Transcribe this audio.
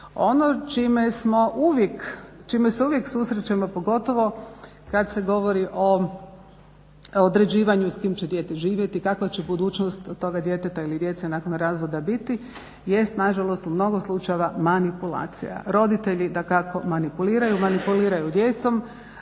Ono s čime se uvijek susrećemo, pogotovo kad se govori o određivanju s kim će dijete živjeti kakva će budućnost toga djeteta ili djece nakon razvoda biti, jest nažalost u mnogo slučajeva manipulacija. Roditelji dakako manipuliraju, manipuliraju djecom,